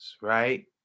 right